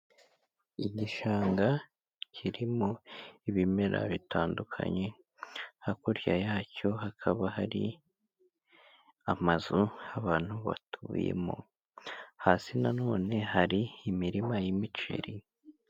Igishanga kirimo ibimera bitandukanye. Hakurya yacyo hakaba hari amazu abantu batuyemo. Hasi nanone hari imirima y'imiceri.